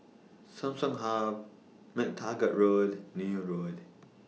Samsung Hub MacTaggart Road Neil Road